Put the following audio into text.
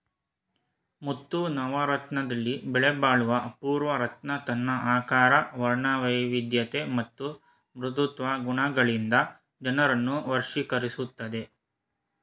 ಮುತ್ತು ನವರತ್ನದಲ್ಲಿ ಬೆಲೆಬಾಳುವ ಅಪೂರ್ವ ರತ್ನ ತನ್ನ ಆಕಾರ ವರ್ಣವೈವಿಧ್ಯತೆ ಮತ್ತು ಮೃದುತ್ವ ಗುಣಗಳಿಂದ ಜನರನ್ನು ವಶೀಕರಿಸ್ತದೆ